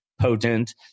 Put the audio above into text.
potent